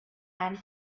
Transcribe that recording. and